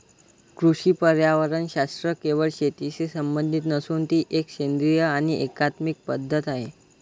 कृषी पर्यावरणशास्त्र केवळ शेतीशी संबंधित नसून ती एक सेंद्रिय आणि एकात्मिक पद्धत आहे